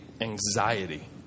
anxiety